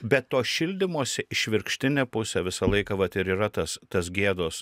bet to šildymosi išvirkštinė pusė visą laiką vat ir yra tas tas gėdos